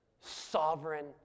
sovereign